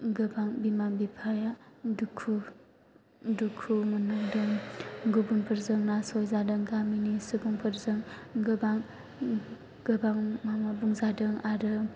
गोबां बिमा बिफाया दुखु मोननांदों गुबुनफोरजों नासयजादों गामिनि सुबुंफोरजों गोबां गोबां मा मा बुंजादों आरो